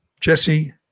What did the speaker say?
Jesse